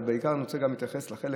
אבל בעיקר אני רוצה להתייחס לחלק